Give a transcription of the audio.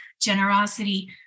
generosity